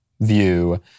view